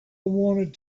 wanted